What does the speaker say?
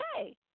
okay